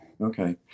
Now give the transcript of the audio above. Okay